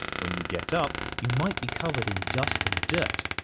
when you get up, you might be covered in dust and dirt,